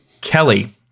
Kelly